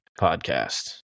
podcast